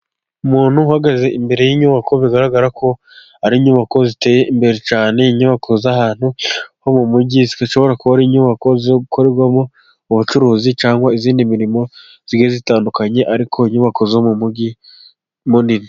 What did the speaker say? Umuntu uhagaze imbere y'inyubako, bigaragara ko ari inyubako ziteye imbere cyane, inyubako z'ahantu ho mu mujyi, zishobora kuba ari inyubako zikorerwamo ubucuruzi, cyangwa iyindi mirimo itandukanye, ariko inyubako zo mu mujyi munini.